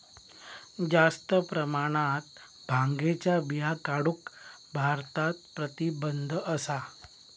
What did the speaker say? जास्त प्रमाणात भांगेच्या बिया काढूक भारतात प्रतिबंध असा